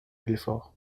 belfort